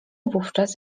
wówczas